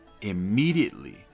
Immediately